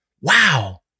Wow